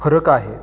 फरक आहे